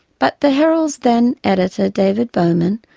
but the herald's then editor, david bowman,